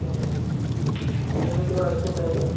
అహా రిజల్ట్స్ కూడా వచ్చేసాయి